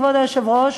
כבוד היושב-ראש,